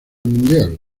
mundial